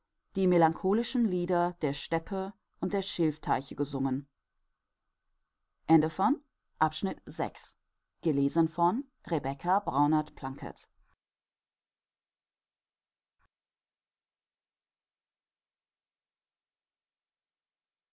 die melancholischen lieder der steppe und der schilfteiche gesungen